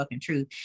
truth